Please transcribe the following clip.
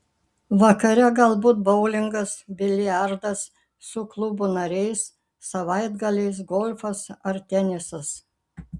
vakare galbūt boulingas biliardas su klubo nariais savaitgaliais golfas ar tenisas